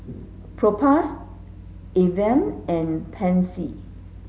Propass Avene and Pansy